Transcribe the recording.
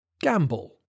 Gamble